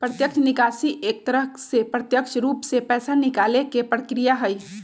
प्रत्यक्ष निकासी एक तरह से प्रत्यक्ष रूप से पैसा निकाले के प्रक्रिया हई